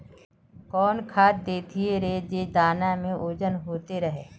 कौन खाद देथियेरे जे दाना में ओजन होते रेह?